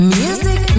music